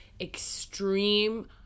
extreme